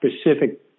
specific